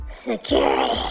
security